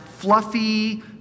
fluffy